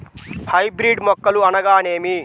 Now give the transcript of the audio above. Hybrid మొక్కలు అనగానేమి?